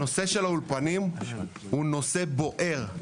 הנושא של האולפנים הוא נושא בוער.